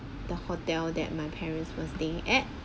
the hotel that my parents were staying at